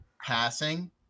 passing